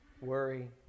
worry